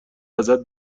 ازت